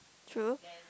true